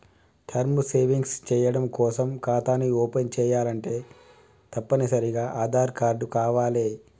term savings చెయ్యడం కోసం ఖాతాని ఓపెన్ చేయాలంటే తప్పనిసరిగా ఆదార్ కార్డు కావాలే